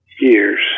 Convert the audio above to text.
years